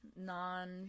non